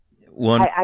One